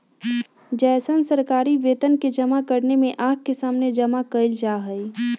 जैसन सरकारी वेतन के जमा करने में आँख के सामने जमा कइल जाहई